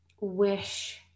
wish